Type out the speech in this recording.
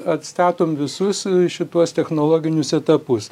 atstatom visus šituos technologinius etapus